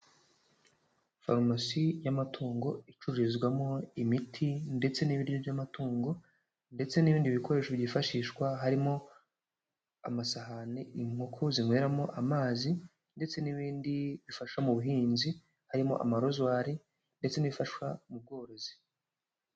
Farumasi y'amatungo icururizwamo imiti ndetse n'ibiryo by'amatungo, ndetse n'ibindi bikoresho byifashishwa harimo amasahani inkoko zinyweramo amazi, ndetse n'ibindi bifasha mu buhinzi harimo amarozwari ndetse n'ibifasha mu bworozi.